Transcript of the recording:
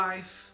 Life